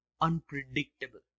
unpredictable